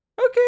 okay